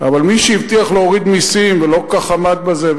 אבל מי שהבטיח להוריד מסים ולא כל כך עמד בזה,